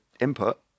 input